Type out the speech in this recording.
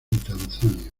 tanzania